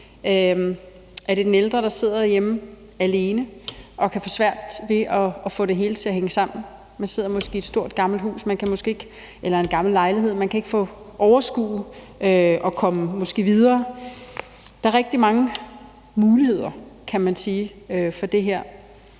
er det den ældre, der sidder derhjemme alene og kan have svært ved at få det hele til at hænge sammen, sidder måske i et stort gammelt hus eller en gammel lejlighed og kan måske ikke overskue at komme videre? Der er rigtig mange muligheder, kan man sige, for det her.